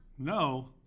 no